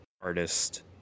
artist